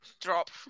Drop